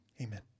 Amen